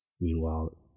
Meanwhile